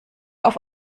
auf